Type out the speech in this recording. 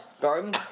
garden